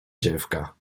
dziewka